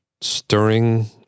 stirring